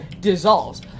dissolves